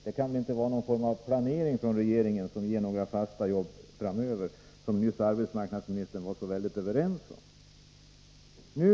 Detta kan väl inte vara någon form av planering från regeringen som ger fasta jobb framöver — att det behövs var ju arbetsmarknadsministern nyss överens med oss om.